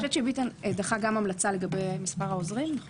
אני חושבת שביטן דחה המלצה לגבי מספר העוזרים,